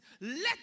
let